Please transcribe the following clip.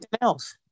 else